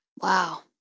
Wow